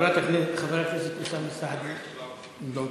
חבר הכנסת אוסאמה סעדי, לא פה.